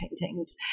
paintings